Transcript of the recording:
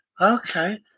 okay